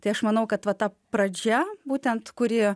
tai aš manau kad va ta pradžia būtent kuri